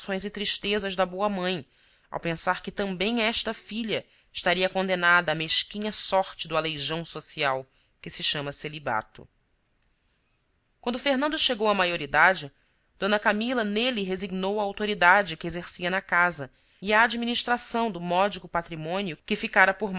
inquietações e tristezas da boa mãe ao pensar que também esta filha estaria condenada à mesquinha sorte do aleijão social que se chama celibato quando fernando chegou à maioridade d camila nele resignou a autoridade que exercia na casa e a administração do módico patrimônio que ficara por